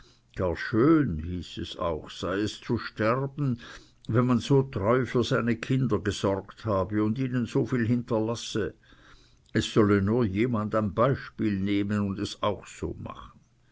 gar schön hieß es auch sei es zu sterben wenn man so treu für seine kinder gesorgt habe und ihnen so viel hinterlasse es solle nur jedermann ein beispiel nehmen und es auch so machen